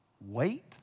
wait